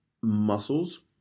muscles